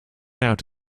out